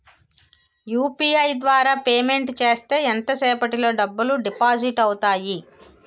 UPI ద్వారా payment చేస్తే ఎంత సేపటిలో డబ్బులు డిపాజిట్ అవుతాయి?